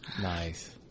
Nice